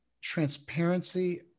transparency